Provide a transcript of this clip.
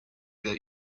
that